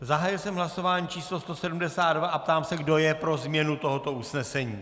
Zahájil jsem hlasování číslo 172 a ptám se, kdo je pro změnu tohoto usnesení.